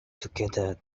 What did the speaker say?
together